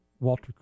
Walter